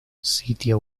sitio